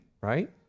right